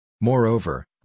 Moreover